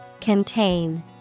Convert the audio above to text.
Contain